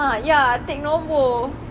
ah ya take nombor